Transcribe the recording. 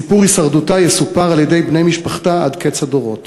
סיפור הישרדותה יסופר על-ידי בני משפחתה עד קץ הדורות.